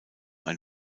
ein